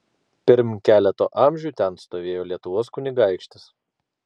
pirm keleto amžių ten stovėjo lietuvos kunigaikštis